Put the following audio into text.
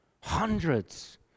Hundreds